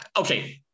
okay